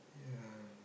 ya